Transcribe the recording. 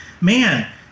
man